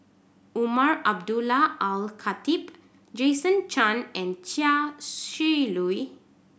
Umar Abdullah Al Khatib Jason Chan and Chia Shi Lu